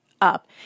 up